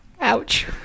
Ouch